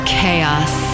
chaos